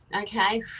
Okay